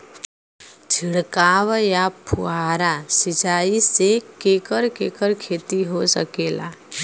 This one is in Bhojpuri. छिड़काव या फुहारा सिंचाई से केकर केकर खेती हो सकेला?